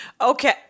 Okay